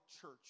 church